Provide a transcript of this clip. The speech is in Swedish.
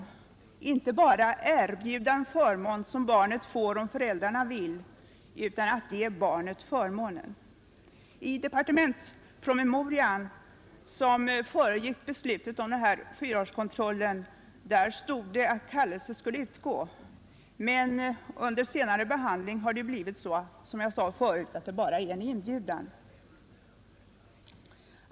Vi skall inte erbjuda en förmån som barnen får endast om föräldrarna vill det, utan vi skall verkligen ge barnen denna förmån. I den departementspromemoria som föregick beslutet om denna fyraårskontroll stod det att kallelse skall utgå, men under den senare behandlingen har det som jag sade i stället bara blivit en inbjudan.